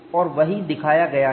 और वही दिखाया गया है